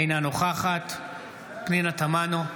אינה נוכחת פנינה תמנו,